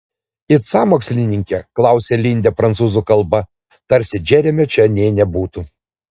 it sąmokslininkė klausia lindė prancūzų kalba tarsi džeremio čia nė nebūtų